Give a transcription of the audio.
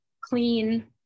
clean